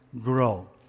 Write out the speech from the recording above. grow